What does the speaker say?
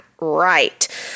right